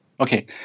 okay